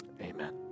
Amen